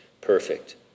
perfect